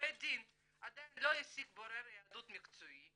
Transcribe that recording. שבית דין עדיין לא השיג בורר יהדות מקצועי